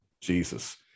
Jesus